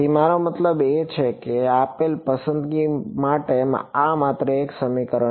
મારો મતલબ કે આપેલ પસંદગી માટે આ માત્ર એક સમીકરણ છે